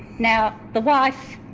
now the wife.